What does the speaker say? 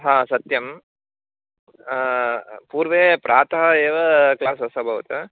ह सत्यं पूर्वं प्रातः एव क्लास् अभवत्